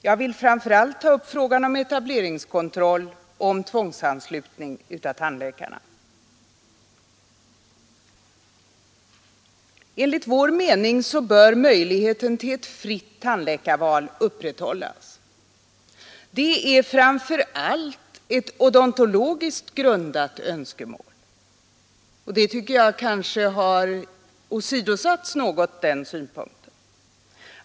Jag vill framför allt ta upp frågorna om etableringskontroll och om tvångsanslutning av tandläkarna. Enligt vår mening bör möjligheter till ett fritt tandläkarval upprätthållas. Det är framför allt ett odontologiskt grundat önskemål, och den synpunkten tycker jag något har åsidosatts.